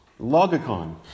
Logicon